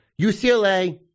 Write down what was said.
UCLA